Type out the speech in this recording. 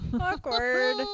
Awkward